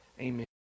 Amen